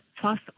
plus